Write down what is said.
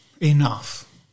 enough